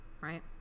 right